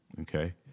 Okay